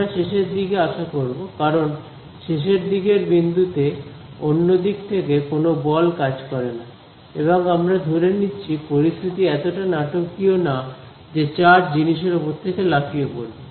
আমরা শেষের দিকে আশা করব কারণ শেষের দিকের বিন্দুতে অন্য দিক থেকে কোন বল কাজ করে না এবং আমরা ধরে নিচ্ছি পরিস্থিতি এতটা নাটকীয় না যে চার্জ জিনিসের উপর থেকে লাফিয়ে পড়বে